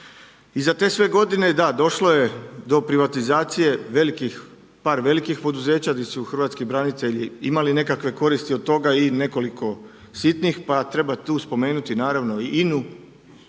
I za te sve godine, da, došlo je do privatizacije par velikih poduzeća gdje su hrvatski branitelji imali nekakve koristi od toga i nekoliko sitnih pa treba tu spomenuti naravno i